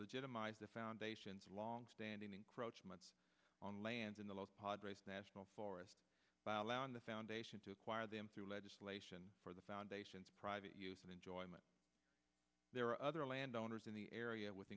legitimize the foundation's long standing encroachment on lands in the last pod race national forest fire allowing the foundation to acquire them through legislation for the foundation's private use and enjoyment there are other landowners in the area with